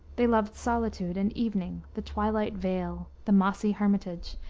they loved solitude and evening, the twilight vale, the mossy hermitage,